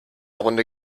runde